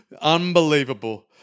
unbelievable